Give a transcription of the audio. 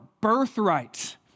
birthright